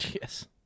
Yes